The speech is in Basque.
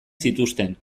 zituzten